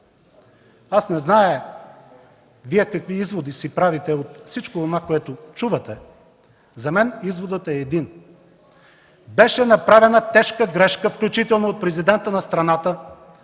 Аз не зная какви изводи си правите от всичко онова, което чувате, но за мен изводът е един – беше направена тежка грешка, включително от Президента на страната,